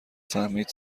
فهمید